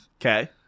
Okay